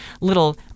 little